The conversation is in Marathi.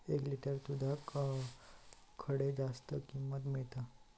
एक लिटर दूधाक खडे जास्त किंमत मिळात?